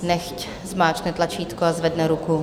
Nechť zmáčkne tlačítko a zvedne ruku.